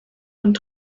und